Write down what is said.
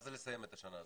מה זה לסיים את השנה הזו?